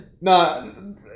No